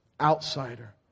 outsider